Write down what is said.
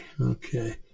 okay